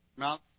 Mount